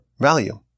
value